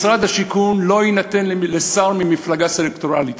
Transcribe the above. משרד השיכון לא יינתן לשר ממפלגה סקטוריאלית.